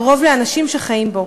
קרוב לאנשים שחיים בו.